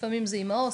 לפעמים זה עם העו"ס,